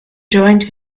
joined